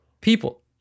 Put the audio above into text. people